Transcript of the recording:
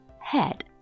Head